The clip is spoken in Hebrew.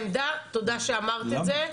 אבל זו העמדה, תתודה שאמרת את זה.